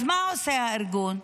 מה עושה הארגון?